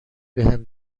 بهم